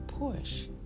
Porsche